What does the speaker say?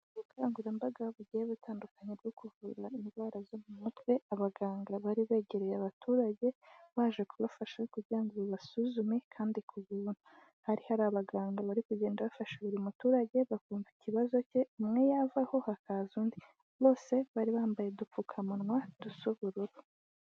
Ubukangurambaga bugiye butandukanye bwo kuvura indwara zo mu mutwe, abaganga bari begereye abaturage baje kubafasha kugira ngo babasuzume kandi ku buntu, hari hari abaganga bari kugenda bafasha buri muturage bakumva ikibazo cye, umwe yavaho hakaza undi, bose bari bambaye udupfukamunwa dusa ubururu.